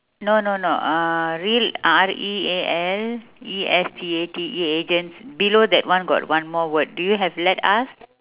no no no uh real R E A L E S T A T E agents below that one got one more word do you have let us